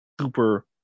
super